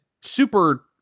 super